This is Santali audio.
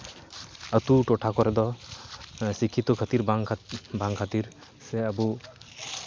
ᱟᱹᱛᱩ ᱴᱚᱴᱷᱟ ᱠᱚᱨᱮᱫ ᱫᱚ ᱥᱤᱠᱠᱷᱤᱛᱚ ᱠᱷᱟᱹᱛᱤᱨ ᱵᱟᱝ ᱠᱷᱟᱹᱛᱤᱨ ᱥᱮ ᱟᱵᱚ